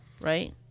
Right